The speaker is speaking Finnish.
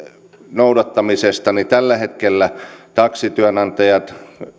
noudattamisesta tällä hetkellä taksityönantajat